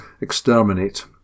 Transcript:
Exterminate